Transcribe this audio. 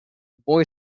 boy